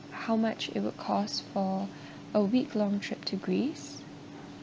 how much it would cost for a week-long trip to greece